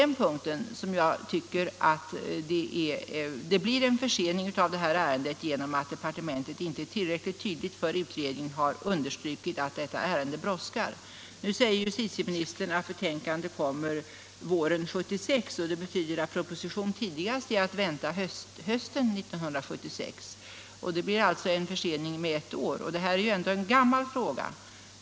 Nu uppstår en försening av dessa ärenden genom att departementet icke tillräckligt tydligt för utredningen har understrukit att ärendet brådskar. Justitieministern säger att betänkandet kommer våren 1976, och det betyder att proposition är att vänta tidigast hösten 1976. Det blir alltså en försening med ett år. Detta är ändå en gammal fråga.